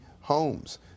homes